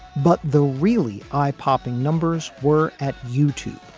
but the really eye popping numbers were at youtube,